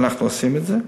ואנחנו עושים את זה.